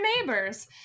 neighbors